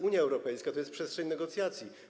Unia Europejska to jest przestrzeń negocjacji.